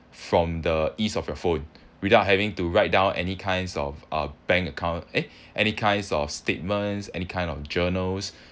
from the ease of your phone without having to write down any kinds of uh bank account eh any kinds of statements any kind of journals